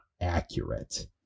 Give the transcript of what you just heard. accurate